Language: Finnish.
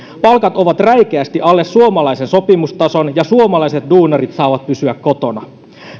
palkat ovat räikeästi alle suomalaisen sopimustason ja suomalaiset duunarit saavat pysyä kotona